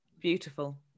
Beautiful